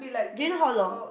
do you know how long